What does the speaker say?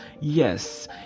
yes